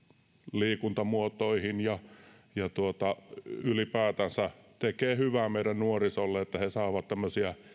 liikuntamuotoihin ja ylipäätänsä tekee hyvää meidän nuorisollemme että he saavat tämmöisiä